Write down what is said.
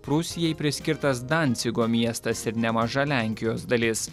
prūsijai priskirtas dancigo miestas ir nemaža lenkijos dalis